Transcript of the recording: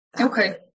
Okay